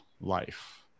life